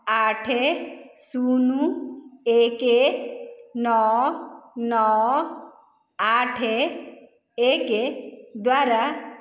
ଆଠ ଶୂନ ଏକ ନଅ ନଅ ଆଠ ଏକ ଦ୍ୱାରା